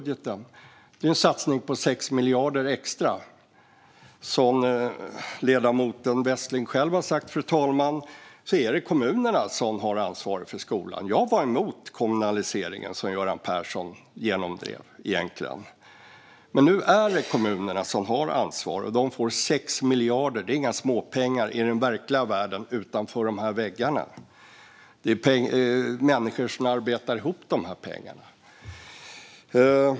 Den innehåller en satsning på 6 extra miljarder. Som ledamoten Westling själv har sagt, fru talman, är det kommunerna som har ansvar för skolan. Jag var emot den kommunalisering som Göran Persson genomdrev, men nu är det kommunerna som har ansvar. De får 6 miljarder, och det är inga småpengar i den verkliga världen utanför de här väggarna. Det är människor som arbetar ihop de pengarna.